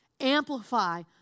Amplify